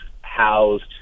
housed